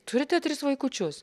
turite tris vaikučius